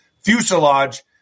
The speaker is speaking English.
fuselage